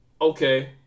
Okay